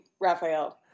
Raphael